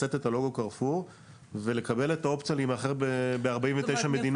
לשאת את הלוגו 'קרפור' ולקבל את האופציה להימכר ב-49 מדינות.